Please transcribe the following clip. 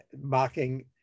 mocking